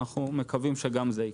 אנחנו מקווים שגם זה יקרה.